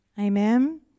Amen